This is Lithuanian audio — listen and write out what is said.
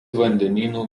vandenynų